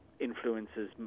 influences